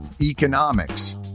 economics